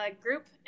group